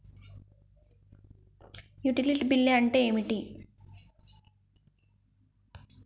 Utility bill అంటే ఏంటిది?